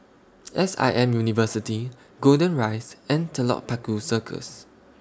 S I M University Golden Rise and Telok Paku Circus